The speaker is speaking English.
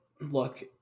look